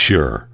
Sure